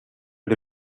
but